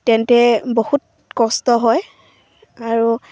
তেন্তে বহুত কষ্ট হয় আৰু